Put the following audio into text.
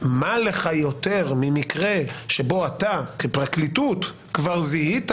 מה לך יותר ממקרה שבו אתה כפרקליטות כבר זיהית